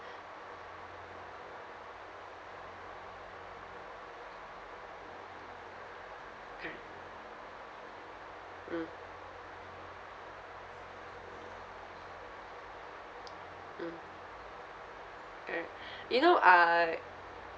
correct mm mm ah you know uh